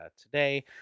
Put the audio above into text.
today